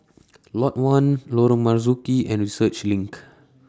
Lot one Lorong Marzuki and Research LINK